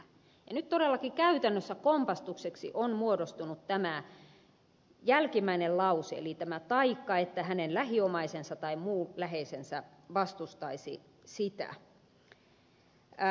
ja nyt todellakin käytännössä kompastukseksi on muodostunut tämä jälkimmäinen lause eli tämä taikka että hänen lähiomaisensa tai muu läheisensä vastustaisi sitä